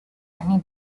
anni